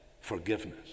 forgiveness